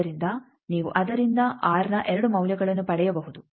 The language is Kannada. ಆದ್ದರಿಂದ ನೀವು ಅದರಿಂದ ಆರ್ನ 2 ಮೌಲ್ಯಗಳನ್ನು ಪಡೆಯಬಹುದು